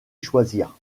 choisir